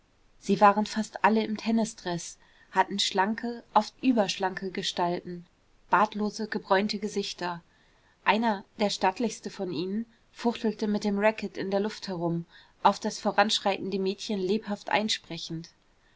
sie waren fast alle im tennisdreß hatten schlanke oft überschlanke gestalten bartlose gebräunte gesichter einer der stattlichste von ihnen fuchtelte mit dem racket in der luft herum auf das voranschreitende mädchen lebhaft einsprechend